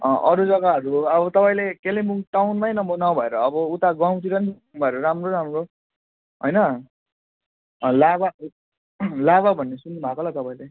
अरू जग्गाहरू अब तपाईँले कालिम्पोङ टाउनमै नभ नभएर अब उता गाउँतिर पनि गुम्बाहरू राम्रो राम्रो होइन लाभा लाभा भन्ने सुन्नुभएको होला तपाईँले